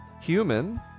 human